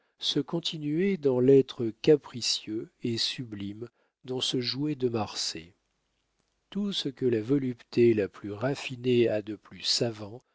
se continuait dans l'être capricieux et sublime dont se jouait de marsay tout ce que la volupté la plus raffinée a de plus savant